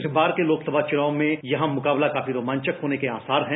इस बार के लोकसभा चुनाव में भी यहां मुकाबला काफी रोमांचक होने के आसार हैं